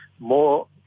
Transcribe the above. more